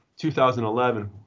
2011